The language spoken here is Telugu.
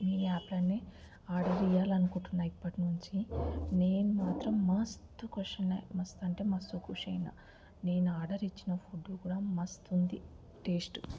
మీ యాప్లోనే ఆర్డర్ చేయాలనుకుంటున్నా ఇప్పటినుంచి నేను మాత్రం మస్త్ కుష్ అయిన మస్త్ అంటే మస్త్ కుష్ అయిన నేను ఆర్డర్ ఇచ్చిన ఫుడ్ కూడా మస్త్ ఉంది టేస్ట్